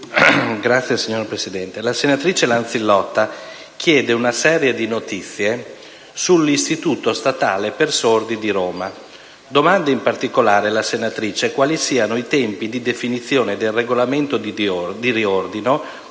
Signora Presidente, la senatrice Lanzillotta chiede una serie di notizie sull'Istituto statale per sordi di Roma. Domanda in particolare la senatrice quali siano i tempi di definizione del regolamento di riordino,